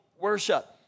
worship